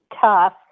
tough